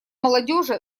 молодежи